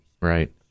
Right